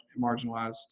marginalized